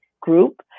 group